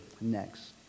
next